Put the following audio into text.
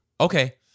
Okay